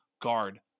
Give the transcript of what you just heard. guard